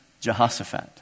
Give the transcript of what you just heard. Jehoshaphat